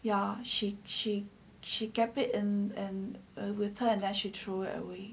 ya she she she kept it in and with her and there she threw it away